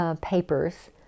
papers